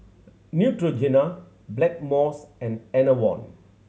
Neutrogena Blackmores and Enervon